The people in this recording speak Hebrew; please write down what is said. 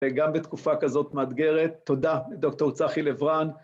וגם בתקופה כזאת מאתגרת, תודה דוקטור צחי לבראן.